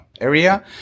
area